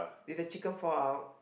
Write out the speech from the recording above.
did the chicken fall out